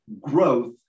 growth